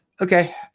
Okay